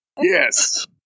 Yes